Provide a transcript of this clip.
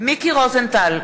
מיקי רוזנטל,